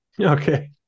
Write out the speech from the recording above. Okay